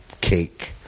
cake